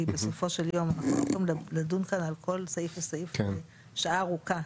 כי בסופו של יום אנחנו לא יכולים לדון כאן על כל סעיף וסעיף שעה ארוכה.